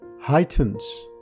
heightens